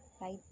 right